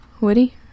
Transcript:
Woody